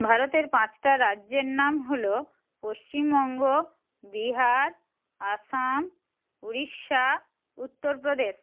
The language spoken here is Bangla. ভারতের পাঁচটা রাজ্যের নাম হলো পশ্চিমবঙ্গ বিহার আসাম উড়িষ্যা উত্তর প্রদেশ